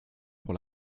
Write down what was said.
pour